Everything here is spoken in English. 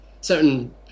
certain